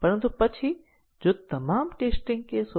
પરંતુ પછી ત્યાં ખરેખર બે લીનીયર ઇનડીપેનડેન્ડ પાથ છે